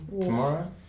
tomorrow